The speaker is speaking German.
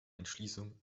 entschließung